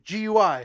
GUI